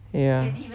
ya